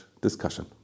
discussion